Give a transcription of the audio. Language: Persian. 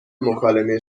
مکالمه